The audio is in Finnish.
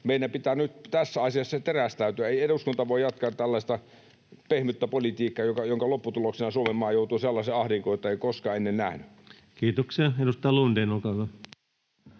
meidän pitää nyt tässä asiassa terästäytyä, ei eduskunta voi jatkaa tällaista pehmyttä politiikkaa, jonka lopputuloksena Suomenmaa joutuu sellaiseen ahdinkoon, jota ei koskaan ennen ole nähnyt. [Speech 139] Speaker: